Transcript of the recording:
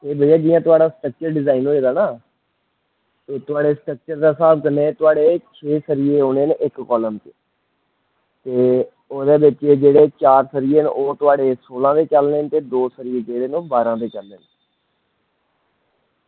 एह् भइया जियां थुआढ़ा स्ट्रक्चर डिजाईन होए दा ना एह् थुआढ़े स्ट्रक्चर दे स्हाब कन्नै थुआढ़े छे सरिये औने न इक्क कॉलम च ते ओह्दे बिच थुआढ़े जेह्ड़े चार सरिये न ओह् थुआढ़े ओह् सोलां दे चलने ते दौ सरिये न जेह्ड़े ओह् बारां दे चलने न